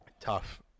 Tough